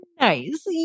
Nice